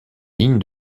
ligne